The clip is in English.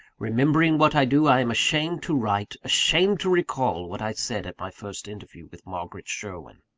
remembering what i do, i am ashamed to write, ashamed to recall, what i said at my first interview with margaret sherwin.